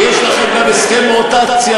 כי יש לכם גם הסכם רוטציה,